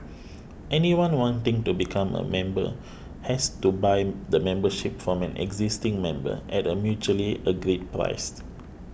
anyone wanting to become a member has to buy the membership from an existing member at a mutually agreed priced